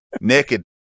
naked